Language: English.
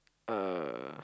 uh